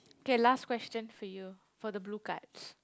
okay last question for you for the blue cards